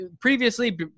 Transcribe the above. previously